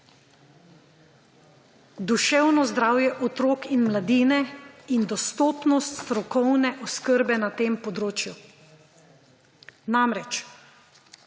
duševno zdravje otrok in mladine in dostopnost strokovne oskrbe na tem področju. Namreč,